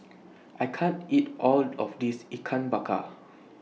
I can't eat All of This Ikan Bakar